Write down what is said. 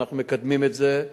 אנחנו מקדמים את זה,